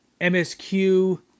MSQ